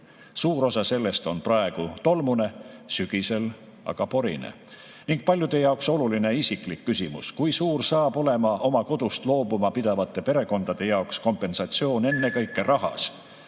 Suur osa sellest on praegu tolmune, sügisel aga porine. Ning paljude jaoks oluline isiklik küsimus: kui suur on oma kodust loobuma pidevate perekondade jaoks kompensatsioon ennekõike rahas?